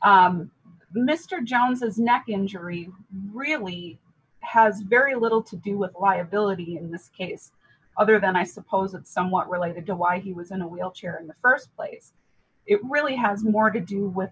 mr johnson's neck injury really has very little to do with liability in this case other than i suppose it's somewhat related to why he was in a wheelchair in the st place it really has more to do with